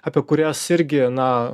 apie kurias irgi na